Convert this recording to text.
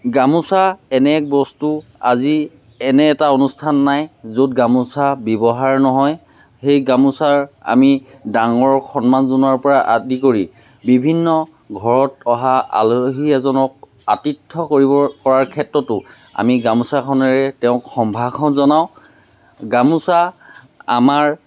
গামোচা এনে এক বস্তু আজি এনে এটা অনুষ্ঠান নাই য'ত গামোচা ব্যৱহাৰ নহয় সেই গামোচাৰে আমি ডাঙৰক সন্মান জনোৱাৰ পৰা আদি কৰি বিভিন্ন ঘৰত অহা আলহী এজনক আতিথ্য কৰিব কৰাৰ ক্ষেত্ৰতো আমি গামোচাখনেৰে তেওঁক সম্ভাষণ জনাওঁ গামোচা আমাৰ